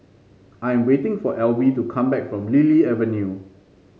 I'm waiting for Alby to come back from Lily Avenue